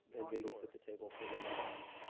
and maybe set the table for the next